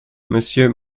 monsieur